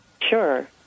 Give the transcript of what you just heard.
Sure